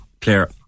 Claire